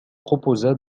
proposa